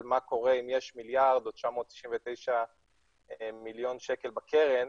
מה קורה אם יש מיליארד או 999 מיליון שקל בקרן.